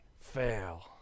fail